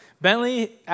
Bentley